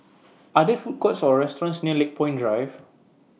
Are There Food Courts Or restaurants near Lakepoint Drive